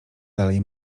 dalej